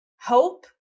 hope